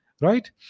right